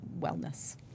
wellness